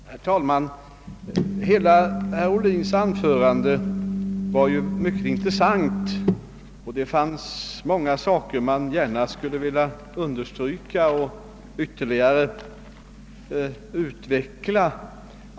Herr talman! Hela herr Ohlins anförande var mycket intressant. Det innehöll många synpunkter som jag gärna skulle vilja understryka och ytterligare utveckla.